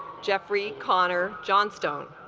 jeffrey connor johnstone